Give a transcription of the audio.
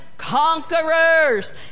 conquerors